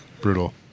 brutal